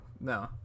no